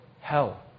hell